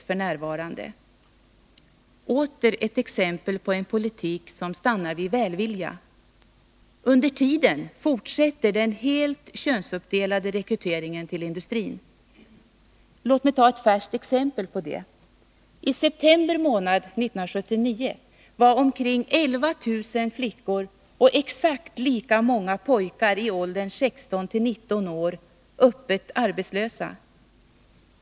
Det är åter ett exempel på en politik som stannar vid välvilja. Under tiden fortsätter den helt könsuppdelade rekryteringen till industrin. Låt mig ta ett färskt exempel på detta. I september månad 1979 var omkring 11000 flickor och lika många pojkar i åldern 16-19 år öppet arbetslösa.